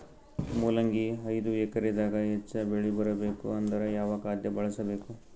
ಮೊಲಂಗಿ ಐದು ಎಕರೆ ದಾಗ ಹೆಚ್ಚ ಬೆಳಿ ಬರಬೇಕು ಅಂದರ ಯಾವ ಖಾದ್ಯ ಬಳಸಬೇಕು?